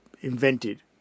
invented